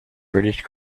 british